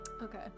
Okay